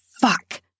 fuck